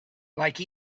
like